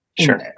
Sure